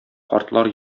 картлар